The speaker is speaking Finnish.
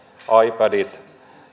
ipadit